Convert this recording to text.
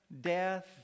death